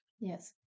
Yes